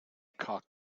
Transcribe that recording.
cock